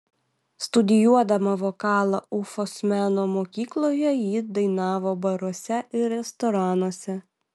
studijuodama vokalą ufos meno mokykloje ji dainavo baruose ir restoranuose